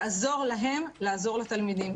לעזור להם לעזור לתלמידים.